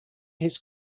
his